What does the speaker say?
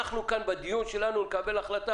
אנחנו כאן בוועדה נקיים דיון.